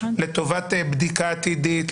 לטובת בדיקה עתידית,